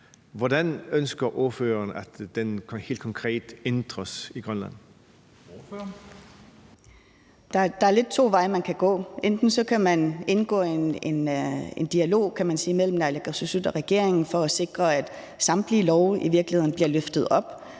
Kristensen): Ordføreren. Kl. 10:35 Aaja Chemnitz Larsen (IA): Der er lidt to veje, man kan gå. Enten kan man indgå i en dialog mellem naalakkersuisut og regeringen for at sikre, at samtlige love i virkeligheden bliver løftet op